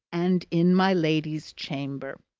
and in my lady's chamber.